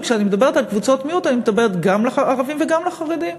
וכשאני מדברת על קבוצות מיעוט אני מדברת גם על ערבים וגם על חרדים,